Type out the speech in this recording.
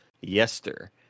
Yester